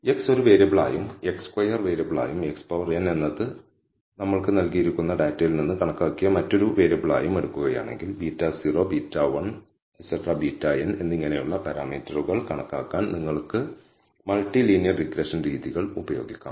x ഒരു വേരിയബിളായും x2 വേരിയബിളായും xn എന്നത് നമ്മൾക്ക് നൽകിയിരിക്കുന്ന ഡാറ്റയിൽ നിന്ന് കണക്കാക്കിയ മറ്റൊരു വേരിയബിളായും എടുക്കുകയാണെങ്കിൽ β0 β1 βn എന്നിങ്ങനെയുള്ള പരാമീറ്ററുകൾ കണക്കാക്കാൻ നിങ്ങൾക്ക് മൾട്ടി ലീനിയർ റിഗ്രഷൻ രീതികൾ ഉപയോഗിക്കാം